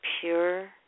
pure